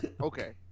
Okay